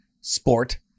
sport